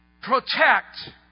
protect